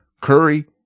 Curry